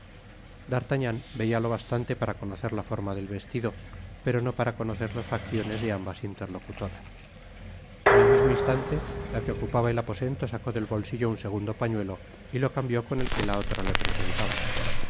veia lo bastante para conocer la forma del vestido pero no para conocer las facciones de ambas intertocutoras en el mismo instante la que ocupaba el aposento sacó del bolsillo un segundo pañuelo y lo cambió con el que la otra le presentaba